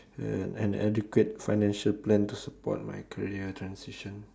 uh an adequate financial plan to support my career transition